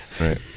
Right